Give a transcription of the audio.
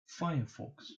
firefox